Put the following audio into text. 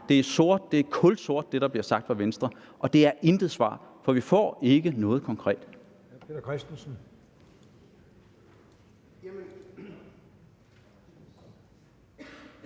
Det er sort, det er kulsort, hvad der bliver sagt af Venstre, og det er intet svar, for vi får ikke noget konkret.